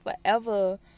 forever